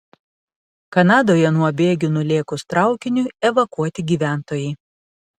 kanadoje nuo bėgių nulėkus traukiniui evakuoti gyventojai